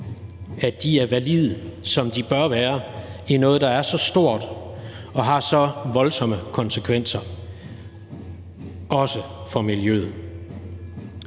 er validt, som det bør være i noget, der er så stort og har så voldsomme konsekvenser, også for miljøet.